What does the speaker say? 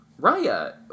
Raya